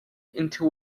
into